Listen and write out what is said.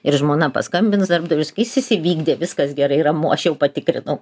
ir žmona paskambins darbdaviui ir sakys jis įvykdė viskas gerai ramu aš jau patikrinau